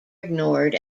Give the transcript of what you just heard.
ignored